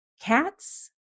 cats